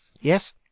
Yes